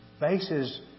bases